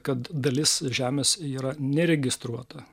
kad dalis žemės yra neregistruota